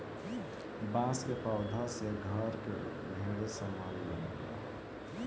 बांस के पौधा से घर के ढेरे सामान बनेला